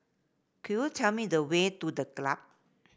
could you tell me the way to The Club